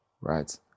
right